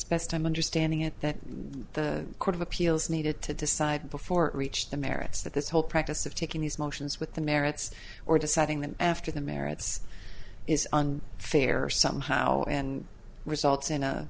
best i'm understanding it that the court of appeals needed to decide before it reached the merits that this whole practice of taking these motions with the merits or deciding that after the merits is on fair or somehow and results in